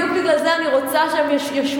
בדיוק בגלל זה אני רוצה שהם ישוקמו,